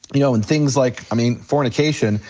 know, and things like, i mean, fornication.